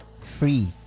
free